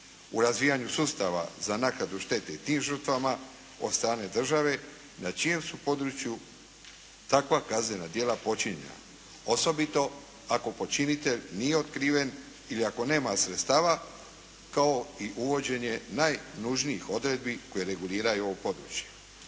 U razvijanju sustava za naknadu štete tim žrtvama od strane države na čijem su području takva kaznena djela počinjena, osobito ako počinitelj nije otkriven ili ako nema sredstava kao i uvođenje najnužnijih odredbi koje reguliraju ovo područje.